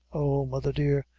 oh, mother dear,